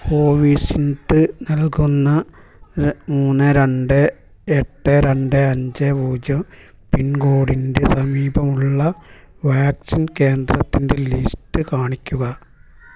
Covishield നൽകുന്ന ര മൂന്ന് രണ്ട് എട്ട് രണ്ട് അഞ്ച് പൂജ്യം പിൻകോഡിൻറെ സമീപമുള്ള വാക്സിൻ കേന്ദ്രത്തിൻ്റെ ലിസ്റ്റ് കാണിക്കുക